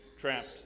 trapped